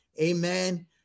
amen